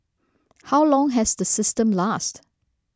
how long has the system lasted